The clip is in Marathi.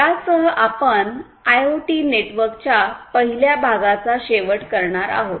यासह आपण आयओटी नेटवर्कच्या पहिल्या भागाचा शेवट करणार आहोत